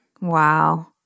Wow